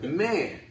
man